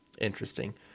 Interesting